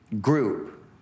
group